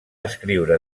escriure